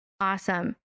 Awesome